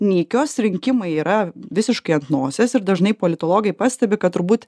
nykios rinkimai yra visiškai ant nosies ir dažnai politologai pastebi kad turbūt